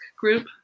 group